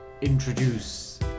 introduce